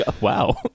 Wow